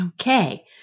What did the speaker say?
Okay